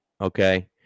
okay